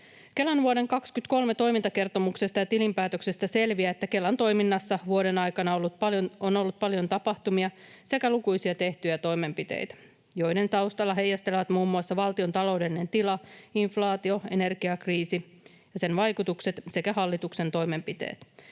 Kelan vuoden 23 toimintakertomuksesta ja tilinpäätöksestä selviää, että Kelan toiminnassa vuoden aikana on ollut paljon tapahtumia sekä lukuisia tehtyjä toimenpiteitä, joiden taustalla heijastelevat muun muassa valtion taloudellinen tila, inflaatio, energiakriisi ja sen vaikutukset sekä hallituksen toimenpiteet.